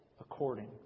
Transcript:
according